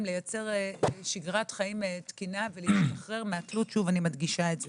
לייצר שגרת חיים תקינה ולהשתחרר מהתלות אני מדגישה את זה.